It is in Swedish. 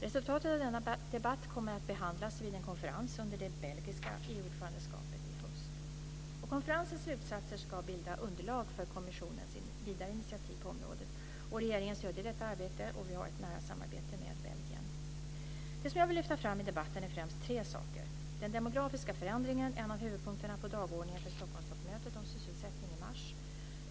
Resultatet av denna debatt kommer att behandlas vid en konferens under det belgiska EU-ordförandeskapet i höst. Konferensens slutsatser ska bilda underlag för kommissionens vidare initiativ på området. Regeringen stöder detta arbete och vi har ett nära samarbete med Belgien. Det som jag vill lyfta fram i debatten är främst tre saker. Den demografiska förändringen är en av huvudpunkterna på dagordningen för Stockholmstoppmötet om sysselsättning i mars.